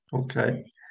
okay